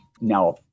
Now